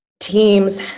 teams